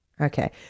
Okay